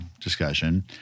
discussion